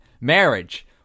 marriage